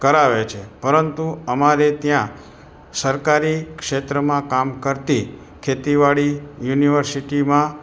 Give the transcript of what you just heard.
કરાવે છે પરંતુ અમારે ત્યાં સરકારી ક્ષેત્રમાં કામ કરતી ખેતીવાડી યુનિવર્સિટીમાં